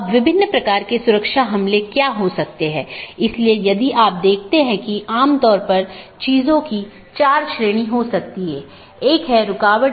यहाँ दो प्रकार के पड़ोसी हो सकते हैं एक ऑटॉनमस सिस्टमों के भीतर के पड़ोसी और दूसरा ऑटॉनमस सिस्टमों के पड़ोसी